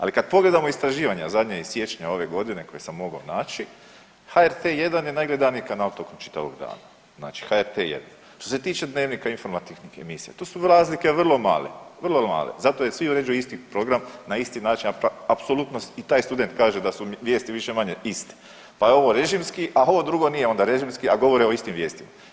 Ali kad pogledamo istraživanja zadnje iz siječnja ove godine koje sam mogao naći, HRT 1 je najgledaniji kanal tokom čitavog dana, znači HRT 1. Što se tiče Dnevnika i informativnih emisija, to su razlike vrlo male, vrlo male, zato jer svi uređuju isti program na isti način, apsolutno i taj student kaže da su vijesti više-manje iste pa je ovo režimski, a ovo drugo nije onda režimski, a govore o istim vijestima.